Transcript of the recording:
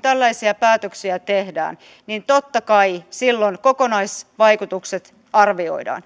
tällaisia päätöksiä tehdään niin totta kai silloin kokonaisvaikutukset arvioidaan